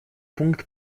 пункт